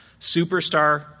Superstar